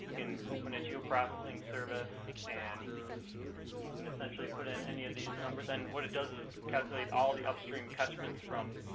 open a geoprocessing service and you can essentially put in any of these numbers and what it does is calculate all the upstream catchments from